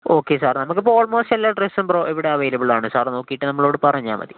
okay sir നമുക്കിപ്പോൾ almost എല്ലാ ഡ്രസ്സും പ്രൊ ഇവിടെ അവൈലബിൾ ആണ് സാര് നോക്കിയിട്ട് നമ്മളോട് പറഞ്ഞാൽ മതി